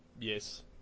yes